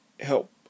help